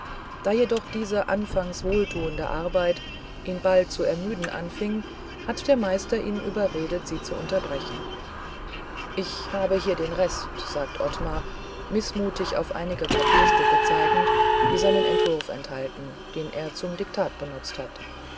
da jedoch diese anfangs wohltuende arbeit ihn bald zu ermüden anfing hat der meister ihn überredet sie zu unterbrechen ich habe hier den rest sagt ottmar mißmutig auf einige papierstücke zeigend die seinen entwurf enthalten den er beim diktat benutzt hat